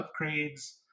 upgrades